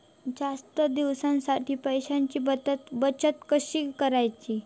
जास्त दिवसांसाठी पैशांची बचत कशी करायची?